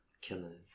killing